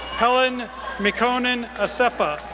helen mekonnen assefa,